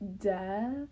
death